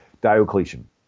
Diocletian